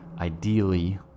Ideally